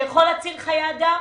שיכול להציל חיי אדם?